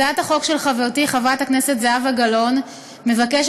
הצעת החוק של חברתי חברת הכנסת זהבה גלאון מבקשת